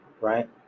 right